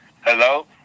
Hello